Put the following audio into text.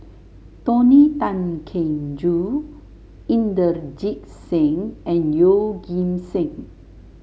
Tony Tan Keng Joo Inderjit Singh and Yeoh Ghim Seng